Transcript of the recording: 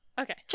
Okay